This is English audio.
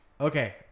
Okay